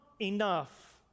enough